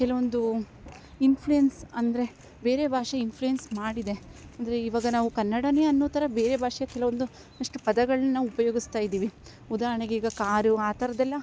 ಕೆಲವೊಂದು ಇನ್ಫ್ಲುಯೆನ್ಸ್ ಅಂದರೆ ಬೇರೆ ಭಾಷೆ ಇನ್ಫ್ಲುಯೆನ್ಸ್ ಮಾಡಿದೆ ಅಂದರೆ ಇವಾಗ ನಾವು ಕನ್ನಡವೇ ಅನ್ನೋಥರ ಬೇರೆ ಭಾಷೆ ಕೆಲವೊಂದು ಎಷ್ಟು ಪದಗಳು ನಾವು ಉಪಯೋಗಿಸ್ತಾ ಇದ್ದೇವೆ ಉದಾಹರಣೆಗೆ ಈಗ ಕಾರು ಆ ತರದ್ದೆಲ್ಲ